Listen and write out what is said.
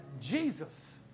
Jesus